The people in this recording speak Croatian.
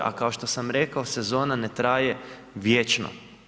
A kao što sam rekao, sezona ne traje vječno.